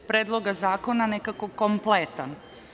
Predloga zakona nekako kompletan.